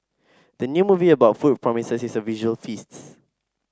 the new movie about food promises a visual feasts